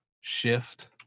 shift